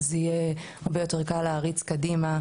אז יהיה קל הרבה יותר קל להריץ את זה קדימה,